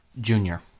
Junior